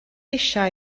eisiau